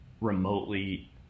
remotely